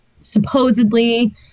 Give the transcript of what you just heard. supposedly